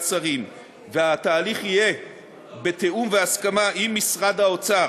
שרים והתהליך יהיה בתיאום ובהסכמה עם משרד האוצר,